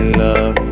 love